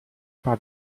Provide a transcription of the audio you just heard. par